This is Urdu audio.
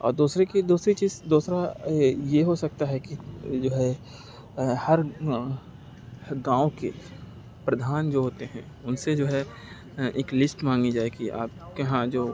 اور دوسرے کہ دوسری چیز دوسرا یہ ہوسکتا ہے کہ جو ہے ہر گاؤں کے پردھان جو ہوتے ہیں اُن سے جو ہے ایک لسٹ مانگی جائے کہ آپ کے ہاں جو